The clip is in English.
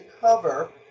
cover